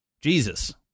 Jesus